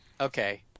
Okay